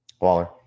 Waller